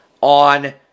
on